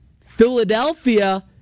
Philadelphia